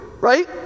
right